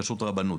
כשרות רבנות.